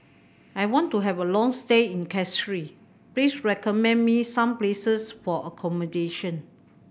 I want to have a long stay in Castries please recommend me some places for accommodation